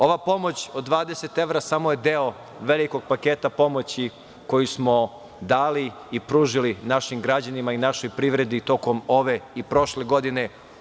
Ova pomoć od 20 evra samo je deo velikog paketa pomoći koji smo dali i pružili našim građanima i našoj privredi tokom ove i prošle godine.